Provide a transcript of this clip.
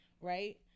Right